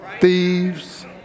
thieves